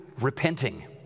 repenting